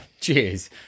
cheers